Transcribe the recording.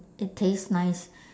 it tastes nice